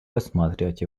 рассматривать